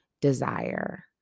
desire